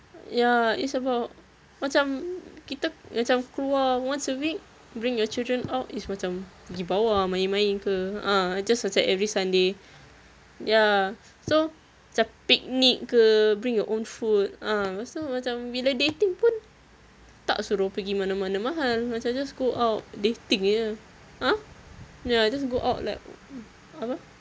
ya it's about macam kita macam keluar once a week bring your children out is macam gi bawah main-main ke a'ah just macam every sunday ya so macam picnic ke bring your own food ah pastu macam bila dating pun tak suruh pergi mana-mana mahal macam just go out dating jer !huh! ya just go out like apa